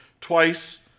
twice